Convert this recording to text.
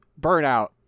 burnout